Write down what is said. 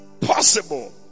possible